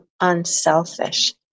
unselfish